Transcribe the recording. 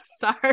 sorry